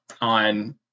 on